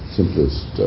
simplest